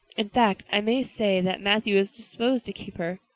in fact i may say that matthew is disposed to keep her.